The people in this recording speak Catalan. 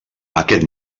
aquest